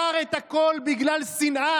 הוא מכר את הכול בגלל שנאה,